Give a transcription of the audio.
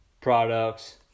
products